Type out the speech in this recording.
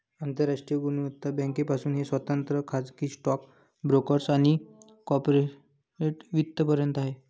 आंतरराष्ट्रीय गुंतवणूक बँकांपासून ते स्वतंत्र खाजगी स्टॉक ब्रोकर्स आणि कॉर्पोरेट वित्त पर्यंत आहे